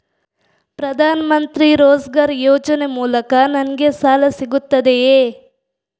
ಪ್ರದಾನ್ ಮಂತ್ರಿ ರೋಜ್ಗರ್ ಯೋಜನೆ ಮೂಲಕ ನನ್ಗೆ ಸಾಲ ಸಿಗುತ್ತದೆಯೇ?